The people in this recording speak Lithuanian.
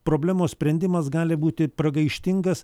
problemos sprendimas gali būti pragaištingas